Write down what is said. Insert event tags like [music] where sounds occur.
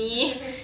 [laughs]